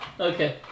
Okay